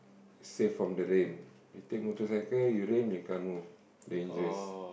safe from the rain you take motorcycle it rain you can't move dangerous